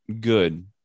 good